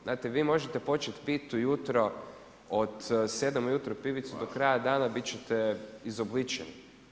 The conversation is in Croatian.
Znate vi možete početi piti ujutro, od 7 ujutro pivicu, a do kraja dana, biti ćete izobličeni.